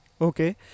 okay